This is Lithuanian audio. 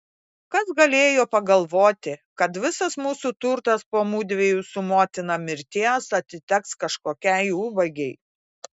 kas galėjo pagalvoti kad visas mūsų turtas po mudviejų su motina mirties atiteks kažkokiai ubagei